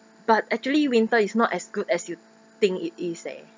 but actually winter is not as good as you think it is eh